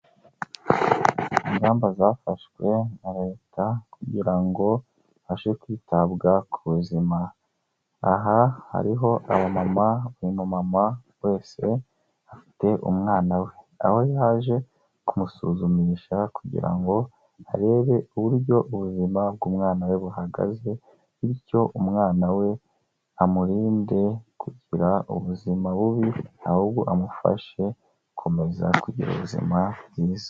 Ingamba zafashwe na Leta kugira ngo habashe kwitabwa ku buzima. Aha hariho aba mama, buri mama wese afite umwana we aho yaje kumusuzumisha kugira ngo arebe uburyo ubuzima bw'umwana we buhagaze, bityo umwana we amurinde kugira ubuzima bubi ahubwo amufashe gukomeza kugira ubuzima bwiza.